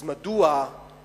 אז מדוע הביא